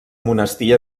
monestir